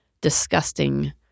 disgusting